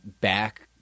back